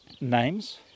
names